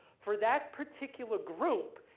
for that particular group,